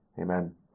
Amen